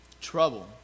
trouble